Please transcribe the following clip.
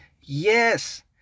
Yes